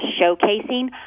showcasing